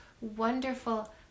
wonderful